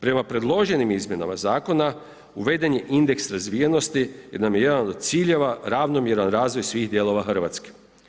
Prema predloženim izmjenama zakona uveden je indeks razvijenosti jer je nam je jedan od ciljeva ravnomjeran razvoj svih dijela Hrvatske.